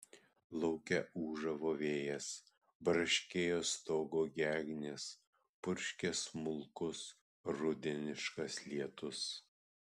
lauke ūžavo vėjas braškėjo stogo gegnės purškė smulkus rudeniškas lietus